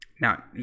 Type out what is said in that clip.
Now